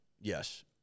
Yes